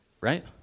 right